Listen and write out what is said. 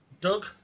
Doug